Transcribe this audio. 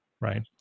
right